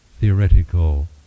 theoretical